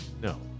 no